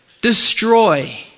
destroy